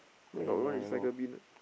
then got one recycle bin ah